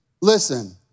Listen